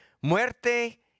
Muerte